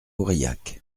aurillac